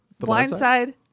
Blindside